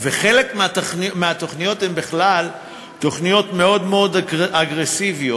וחלק מהתוכניות הן בכלל תוכניות מאוד מאוד אגרסיביות